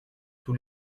tous